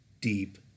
deep